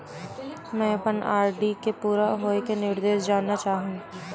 मैं अपन आर.डी के पूरा होये के निर्देश जानना चाहहु